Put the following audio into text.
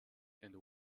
and